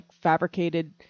fabricated